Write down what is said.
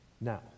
Now